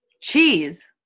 Cheese